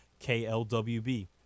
KLWB